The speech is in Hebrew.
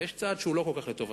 ויש צד שהוא לא כל כך לטובתם,